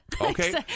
Okay